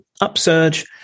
upsurge